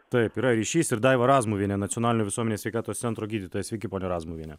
taip yra ryšys ir daiva razmuvienė nacionalinio visuomenės sveikatos centro gydytoja sveiki ponia razmuviene